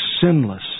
sinless